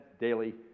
daily